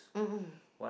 mmhmm